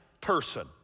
person